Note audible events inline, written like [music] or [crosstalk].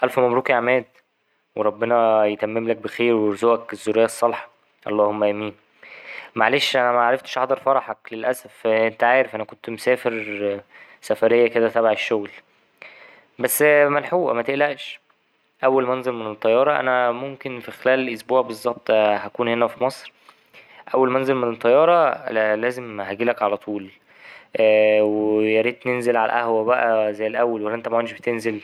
ألف مبروك يا عماد وربنا يتمملك بخير ويرزقك الذرية الصالحة اللهم آمين، معلش أنا معرفتش أحضر فرحك للأسف أنت عارف أنا كنت مسافر سفرية كده تبع الشغل بس ملحوقه متقلقش أول ما أنزل من الطيارة أنا ممكن في خلال أسبوع بالظبط هكون هنا في مصر أول ما أنزل من الطيارة لازم هجيلك علطول [hesitation] ،وياريت ننزل على القهوة بقي زي الأول ولا أنت بقي مش بتنزل؟